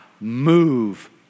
move